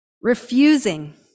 Refusing